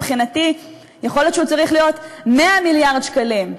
מבחינתי יכול להיות שהוא צריך להיות 100 מיליארד שקלים,